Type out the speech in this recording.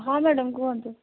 ହଁ ମ୍ୟାଡ଼ାମ୍ କୁହନ୍ତୁ